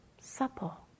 supple